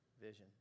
Vision